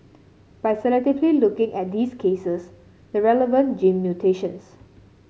by selectively looking at these cases the relevant gene mutations